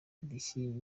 indishyi